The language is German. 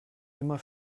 immer